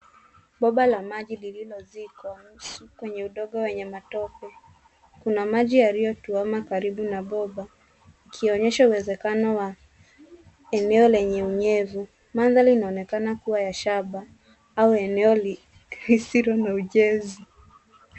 Bomba la maji lililozikwa nusu kwenye udongo wa matope. Kuna maji yaliykwama karibu na bomba, ikionyesha uwezekano wa eneo lenye unyevu. Mandhari inaonekana kuwa ya shamba au eno lisolo na ujenzi.